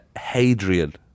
Hadrian